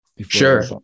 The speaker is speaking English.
Sure